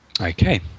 Okay